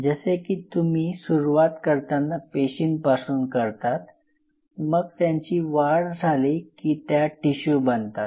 जसे की तुम्ही सुरुवात करतांना पेशींपासून करतात मग त्यांची वाढ झाली की त्या टिशू बनतात